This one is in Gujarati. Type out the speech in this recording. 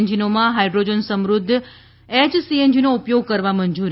એન્જિનોમાં હાઇડ્રીજન સમૃદ્ધ એચ સીએનજીનો ઉપયોગ કરવા મંજૂરી